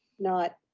not